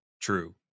True